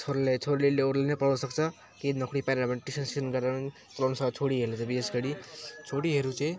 छोरीलाई छोरीले अरूले नि पढाउन सक्छ केही नोकरी पाएन भने ट्युसनस्युसन गरेर नि पढाउँछ छोरीहरले चाहिँ विशेषगरी छोरीहरू चाहिँ